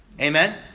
Amen